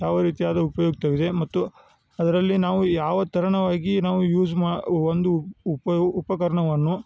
ಯಾವ ರೀತಿಯಾದ ಉಪಯುಕ್ತವಿದೆ ಮತ್ತು ಅದರಲ್ಲಿ ನಾವು ಯಾವ ತರಹವಾಗಿ ನಾವು ಯೂಸ್ ಮಾ ಒಂದು ಉಪ ಉಪಕರಣವನ್ನು